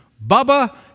Baba